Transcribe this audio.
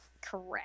Correct